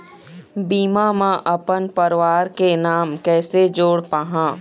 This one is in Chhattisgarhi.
बीमा म अपन परवार के नाम कैसे जोड़ पाहां?